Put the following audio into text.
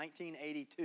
1982